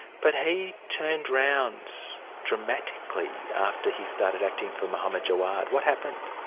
but he turned round dramatically after he started acting for mohammed jawad. what happened?